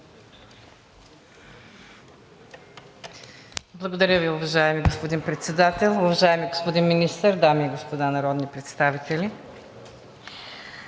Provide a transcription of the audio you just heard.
Благодаря Ви, уважаеми господин Председател. Уважаеми господин Министър, дами и господа народни представители!